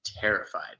terrified